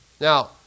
Now